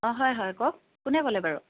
অঁ হয় হয় কওক কোনে ক'লে বাৰু